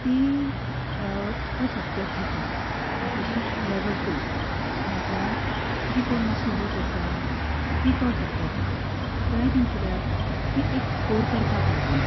ती तो सबजेक्ट घेता तशीच लेवल टू म्हणल्यार जी कोण वीक आसा तीं तो सबजेक्ट घेता तेंवूय बी कित्याक तें एक स्कोर करपाक लागून